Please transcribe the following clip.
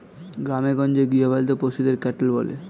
গ্রামেগঞ্জে গৃহপালিত পশুদের ক্যাটেল বলে